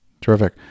Terrific